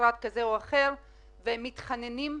ממשרד כזה או אחר ומתחננים לתקציבים.